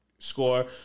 Score